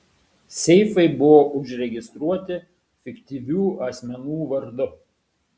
seifai buvo užregistruoti fiktyvių asmenų vardu